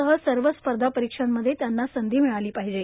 सह सर्व स्पर्धा परीक्षांमध्ये त्यांना संधी मिळाली पाहिजे